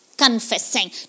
confessing